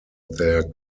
their